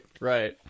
Right